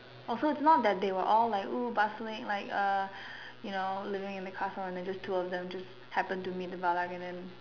oh so it's not that they were all like !woo! bustling like uh you know living in the castle and then just the two of them just happen to meet to Valak and then